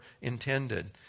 intended